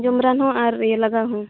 ᱡᱚᱢ ᱨᱟᱱ ᱦᱚᱸ ᱟᱨ ᱤᱭᱟᱹ ᱞᱟᱜᱟᱣ ᱦᱚᱸ